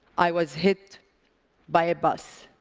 i was hit by a bus.